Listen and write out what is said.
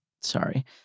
Sorry